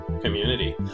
community